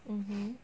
mmhmm